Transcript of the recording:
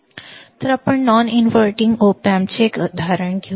तर आपण non inverting ओपॅम्पचे एक उदाहरण घेऊ